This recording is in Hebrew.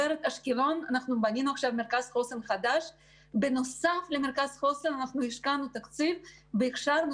באשקלון מרכז חוסן חדש ובנוסף לזה השקענו תקציב והכשרנו